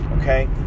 Okay